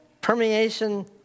permeation